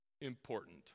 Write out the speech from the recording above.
important